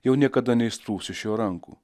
jau niekada neišsprūs iš jo rankų